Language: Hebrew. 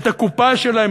את הקופה שלהם,